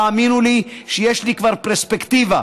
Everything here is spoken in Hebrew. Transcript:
והאמינו לי שיש לי כבר פרספקטיבה.